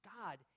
God